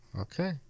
Okay